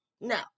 Now